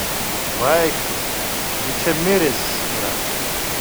baik tu gi čia mirezis yra